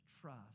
trust